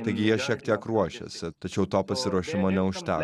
taigi jie šiek tiek ruošėsi tačiau to pasiruošimo neužteko